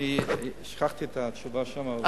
אני שכחתי את התשובה שם.